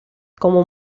como